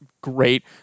great